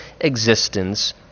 existence